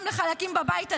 גם בחלקים בבית הזה,